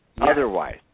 otherwise